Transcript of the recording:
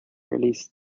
release